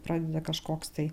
pradeda kažkoks tai